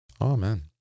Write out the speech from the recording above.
Amen